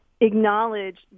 acknowledge